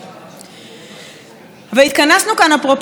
והתכנסנו כאן אפרופו דבריה של שרת המשפטים.